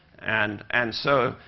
and and so,